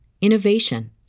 innovation